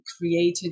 created